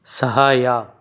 ಸಹಾಯ